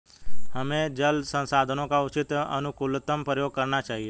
हमें जल संसाधनों का उचित एवं अनुकूलतम प्रयोग करना चाहिए